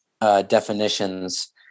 definitions